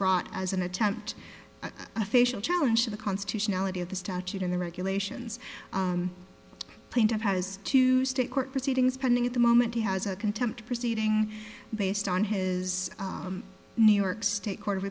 brought as an attempt at a facial challenge the constitutionality of the statute in the regulations plaintiff has to state court proceedings pending at the moment he has a contempt proceeding based on his new york state court of